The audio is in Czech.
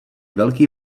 velký